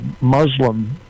Muslim